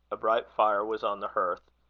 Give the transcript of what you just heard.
a bright fire was on the hearth.